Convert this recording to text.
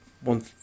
one